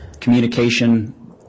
communication